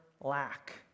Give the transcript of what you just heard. lack